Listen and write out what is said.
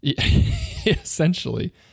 Essentially